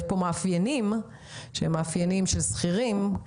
יש פה מאפיינים שהם מאפיינים של שכירים.